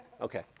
Okay